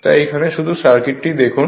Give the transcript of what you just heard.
তাই এখানে শুধু সার্কিটটি দেখুন